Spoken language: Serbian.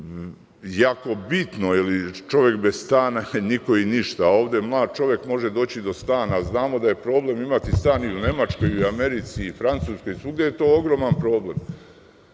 jako bitno. Čovek bez stana je niko i ništa, a ovde mlad čovek može doći do stana, znamo da je problem imati stan i u Nemačkoj, i u Americi, i u Francuskoj i svugde je to ogroman problem.